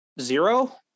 Zero